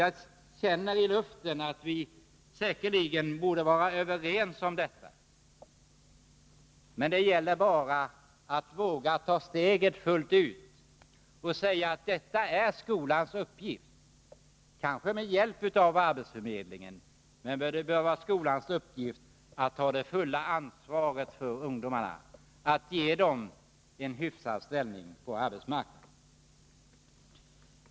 Jag känner i luften att vi säkerligen skulle kunna vara överens om detta, men det gäller att våga ta steget fullt ut och säga att det är skolans uppgift — med hjälp av arbetsförmedlingen — att ta det fulla ansvaret för ungdomarna, att ge dem en hyfsad ställning på arbetsmarknaden.